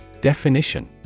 Definition